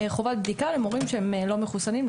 חובת בדיקה למורים שהם לא מחוסנים,